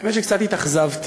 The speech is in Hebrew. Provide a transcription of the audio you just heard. האמת שקצת התאכזבתי.